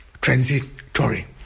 transitory